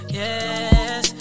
yes